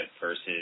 versus